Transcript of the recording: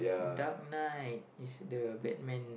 Dark Knight is the Batman